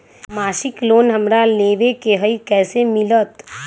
मासिक लोन हमरा लेवे के हई कैसे मिलत?